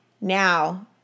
Now